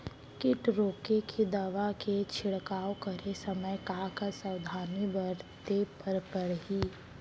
किट रोके के दवा के छिड़काव करे समय, का का सावधानी बरते बर परही?